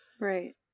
Right